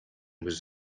was